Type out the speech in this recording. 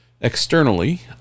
externally